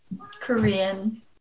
Korean